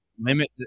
limit